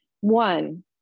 One